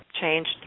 changed